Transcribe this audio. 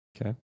Okay